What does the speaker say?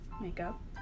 Makeup